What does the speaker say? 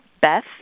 Beth